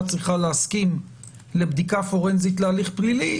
צריכה להסכים לבדיקה פורנזית להליך פלילי,